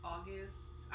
August